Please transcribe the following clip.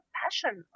passion